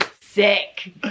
sick